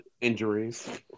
injuries